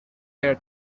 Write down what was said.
their